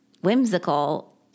whimsical